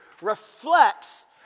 ...reflects